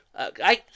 Okay